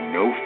no